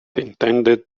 intended